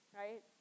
right